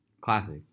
Classic